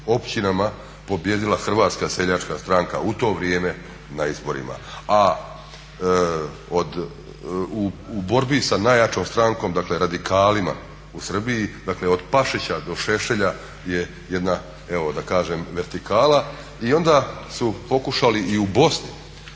općinama pobijedila Hrvatska seljačka stranka u to vrijeme na izborima. A u borbi s najjačom strankom dakle radikalima u Srbiji, dakle od Pašića do Šešelja je jedna evo da kažem vertikala i onda su pokušali i u Bosni